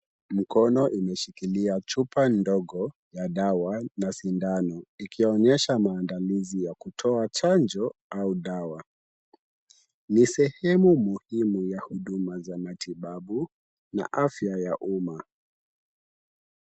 Mkono umeshikilia chupa ndogo la dawa na sindano, ikionyesha maandalizi ya kutoa chanjo au dawa. Ni sehemu muhimu ya huduma za matibabu ya afya umma.